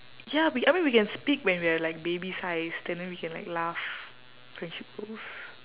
ya we I mean we can speak when we are like baby sized and then we can like laugh friendship goals